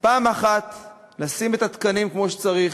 פעם אחת לשים את התקנים כמו שצריך,